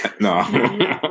No